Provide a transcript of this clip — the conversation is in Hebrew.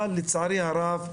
אבל לצערי הרב,